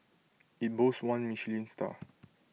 IT boasts one Michelin star